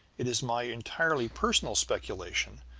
it is my entirely personal speculation,